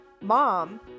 mom